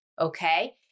okay